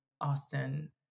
Austin